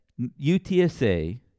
UTSA